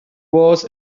was